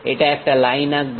এটা একটা লাইন আঁকবে